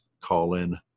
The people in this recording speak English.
Call-In